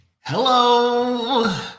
Hello